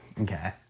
Okay